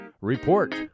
Report